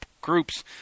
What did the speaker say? groups